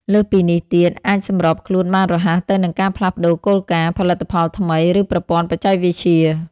លើសពីនេះទៀត អាចសម្របខ្លួនបានរហ័សទៅនឹងការផ្លាស់ប្ដូរគោលការណ៍ ផលិតផលថ្មី ឬប្រព័ន្ធបច្ចេកវិទ្យា។